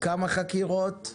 כמה חקירות,